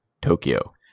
Tokyo